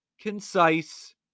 concise